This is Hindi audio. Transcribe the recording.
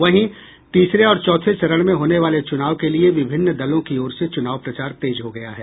वहीं तीसरे और चौथे चरण में होने वाले चुनाव के लिए विभिन्न दलों की ओर से चुनाव प्रचार तेज हो गया है